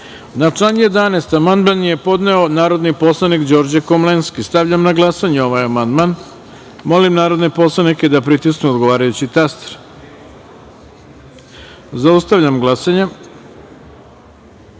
sa ispravkom je podneo narodni poslanik Đorđe Komlenski. Stavljam na glasanje ovaj amandman. Molim narodne poslanike da pritisnu odgovarajući taster. Zaustavljam glasanje: